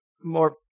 more